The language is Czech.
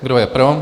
Kdo je pro?